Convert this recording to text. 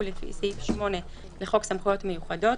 לפי סעיף 8 לחוק סמכויות מיוחדות,